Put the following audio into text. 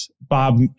Bob